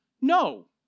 No